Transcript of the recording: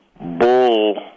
bull